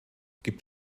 gibt